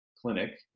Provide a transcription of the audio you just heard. clinic